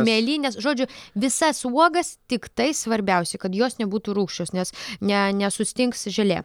mėlynes žodžiu visas uogas tiktai svarbiausia kad jos nebūtų rūgščios nes ne nesustings želė